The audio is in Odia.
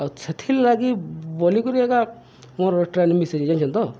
ଆଉ ସେଥିର୍ଲାଗି ବୋଲିକରି ଏକା ମୋର ଟ୍ରେନ ମିସ୍ ହେଇଛନ୍ତି ତ